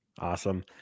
Awesome